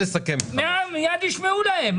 מיד ישמעו להן.